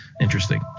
interesting